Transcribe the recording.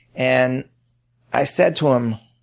and i said to him